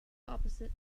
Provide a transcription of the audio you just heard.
opposite